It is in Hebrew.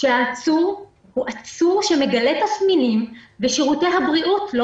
העצור מגלה תסמינים שירותי הבריאות לא